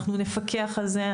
אנחנו נפקח על זה.